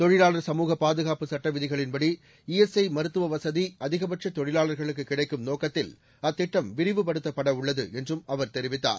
தொழிலாளர் சமூக பாதுகாப்பு சுட்ட விதிகளின்படி ஈஎஸ்ஐ மருத்துவ வசதி அதிகபட்ச தொழிலாளர்களுக்கு கிடைக்கும் நோக்கத்தில் அத்திட்டம் விரிவுபடுத்தப்படவுள்ளது என்றும் அவர் தெரிவித்தார்